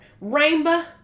rainbow